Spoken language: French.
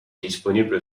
disponible